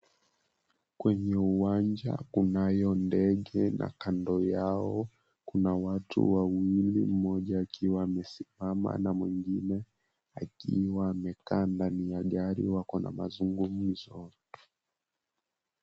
Kwenye uwanja kunayo ndege na kando yao kuna watu wawili, mmoja akiwa amesimama na mwingine akiwa amekaa ndani ya gari wako na mazungumzo.